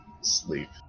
sleep